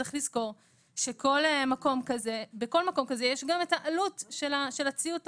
צרך לזכור שבכל מקום כזה יש גם את העלות של הציות לחוק.